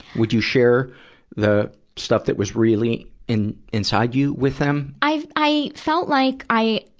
would you share the stuff that was really in, inside you with them? i've, i felt like i,